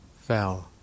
fell